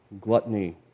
gluttony